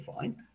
fine